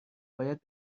باید